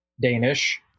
danish